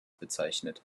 bezeichnet